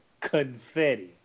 confetti